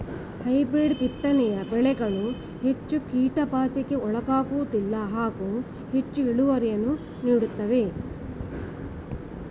hybrid ಬಿತ್ತನೆಯ ಬೆಳೆಗಳು ಹೆಚ್ಚು ಕೀಟಬಾಧೆಗೆ ಒಳಗಾಗುವುದಿಲ್ಲ ಹಾಗೂ ಹೆಚ್ಚು ಇಳುವರಿಯನ್ನು ನೀಡುತ್ತವೆ